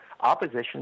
opposition